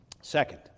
Second